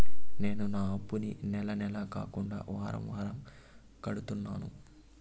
నేను నా అప్పుని నెల నెల కాకుండా వారం వారం కడుతున్నాను